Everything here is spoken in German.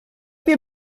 wir